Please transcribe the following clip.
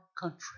country